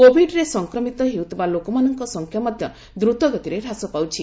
କୋବିଡ୍ରେ ସଂକ୍ରମିତ ହେଉଥିବା ଲେକମାନଙ୍କ ସଂଖ୍ୟା ମଧ୍ୟ ଦ୍ରତଗତିରେ ହ୍ରାସ ପାଉଛି